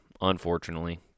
unfortunately